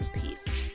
Peace